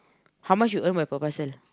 how much you earn by per parcel